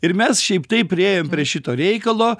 ir mes šiaip taip priėjom prie šito reikalo